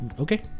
Okay